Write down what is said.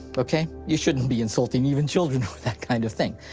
okay? you shouldn't be insulting even children with that kind of thing.